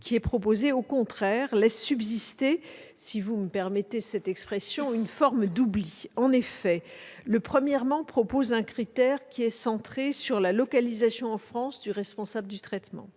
proposé, au contraire, laisse subsister, si vous me permettez cette expression, une forme d'oubli. En effet, le 1° du II tend à proposer un critère qui est centré sur la localisation, en France, du responsable du traitement.